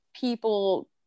people